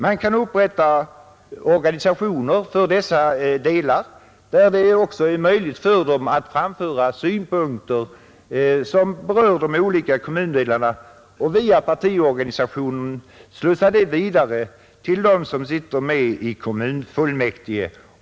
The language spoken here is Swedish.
Man kan upprätta organisationer för dessa delar, där det också är möjligt att framföra synpunkter som berör de olika kommundelarna och via partiorganisationerna slussa dem vidare till dem som sitter med i kommunfullmäktige.